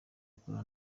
akora